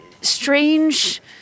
strange